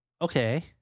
Okay